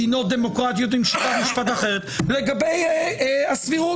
מדינות דמוקרטיות עם שיטת משטר אחרת לגבי הסבירות.